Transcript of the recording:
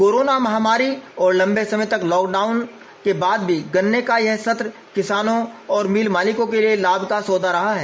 corona महामारी और लंबे समय तक लॉक डाउन के बाद भी गन्ने का यह सत्र किसानों और मिल मालिकों के लिए लाभ का सौदा रहा है